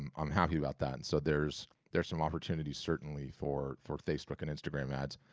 i'm happy about that, so there's there's some opportunities certainly for for facebook and instagram ads.